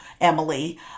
Emily